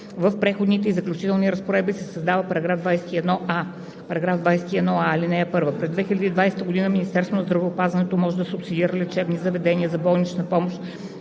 в преходните и заключителните разпоредби се създава § 21а: „§ 21а. (1) През 2020 г. Министерството на здравеопазването може да субсидира лечебни заведения за болнична помощ